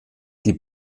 die